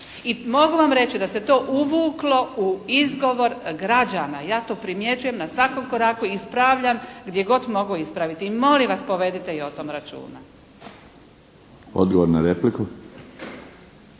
I mogu vam reći da se to uvuklo u izgovor građana. Ja to primjećujem na svakom koraku i ispravljam gdje god mogu ispraviti i molim vas povedite i o tom računa. **Milinović,